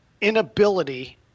inability